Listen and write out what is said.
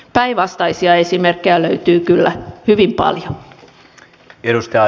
päinvastaisia esimerkkejä löytyy kyllä hyvin paljon